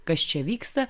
kas čia vyksta